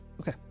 okay